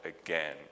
again